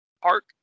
Park